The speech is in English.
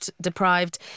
deprived